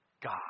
God